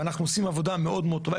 ואנחנו עושים עבודה מאוד מאוד טובה.